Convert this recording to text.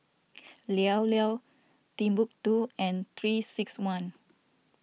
Llao Llao Timbuk two and three six one